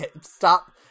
Stop